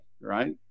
Right